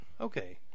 Okay